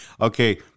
okay